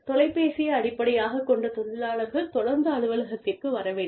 தொலைபேசியை அடிப்படையாக கொண்ட தொழிலாளர்கள் தொடர்ந்து அலுவலகத்திற்கு வர வேண்டும்